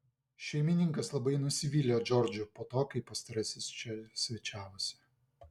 šeimininkas labai nusivylė džordžu po to kai pastarasis čia svečiavosi